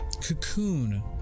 cocoon